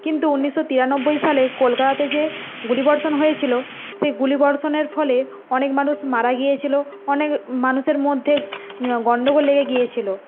কিন্তু উনিশশো তিরানব্বই সালে কলকাতাতে যে গুলিবর্ষণ হয়েছিল সেই গুলিবর্ষণের ফলে অনেক মানুষ মারা গিয়েছিল অনেক মানুষের মধ্যে গন্ডগোল লেগে গিয়েছিল